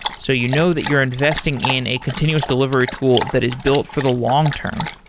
so you know that you're investing in a continuous delivery tool that is built for the long-term.